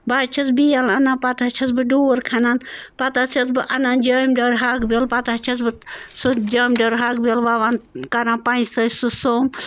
بہٕ حظ چھَس بیل اَنان پتہٕ حظ چھَس بہٕ ڈوٗر کھنان پتہٕ حظ چھَس بہٕ اَنان جٲم دٲرۍ ہاکہِٕ بیول پتہٕ حظ چھَس بہٕ سُہ جٲم دٲرۍ ہاکہٕ بیول وَوان کَران پنٛجہِ سۭتۍ سُہ سۄمب